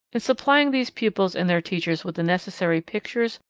in supplying these pupils and their teachers with the necessary pictures,